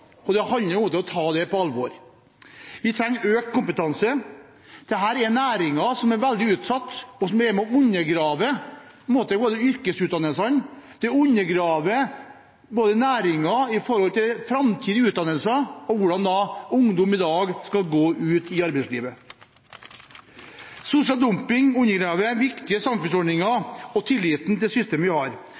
representantforslag. Det handler om å ta dette på alvor. Vi trenger økt kompetanse. Dette er næringer som er veldig utsatt, og sosial dumping er med på å undergrave yrkesutdannelsene, og det undergraver næringene med tanke på framtidig utdannelse og hvordan ungdom i dag skal gå ut i arbeidslivet. Sosial dumping undergraver viktige samfunnsordninger og tilliten til det systemet vi har.